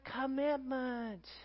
commitment